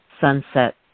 sunset